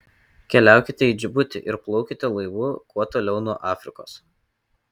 keliaukite į džibutį ir plaukite laivu kuo toliau nuo afrikos